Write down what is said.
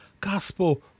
Gospel